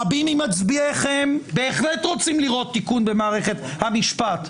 רבים ממצביעיכם בהחלט רוצים לראות תיקון במערכת המשפט,